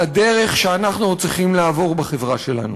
הדרך שאנחנו עוד צריכים לעבור בחברה שלנו.